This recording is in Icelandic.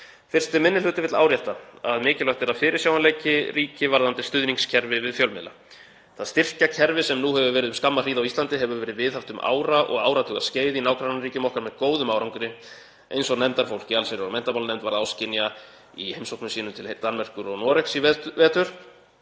1. minni hluti vill árétta að mikilvægt er að fyrirsjáanleiki ríki varðandi stuðningskerfi við fjölmiðla. Það styrkjakerfi sem nú hefur verið um skamma hríð á Íslandi hefur verið viðhaft um ára- og áratugaskeið í nágrannaríkjum okkar með góðum árangri eins og nefndarfólk í allsherjar- og menntamálanefnd varð áskynja í heimsóknum sínum til Danmerkur og Noregs í vetur.